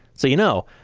so you know,